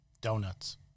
Donuts